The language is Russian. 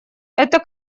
это